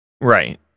Right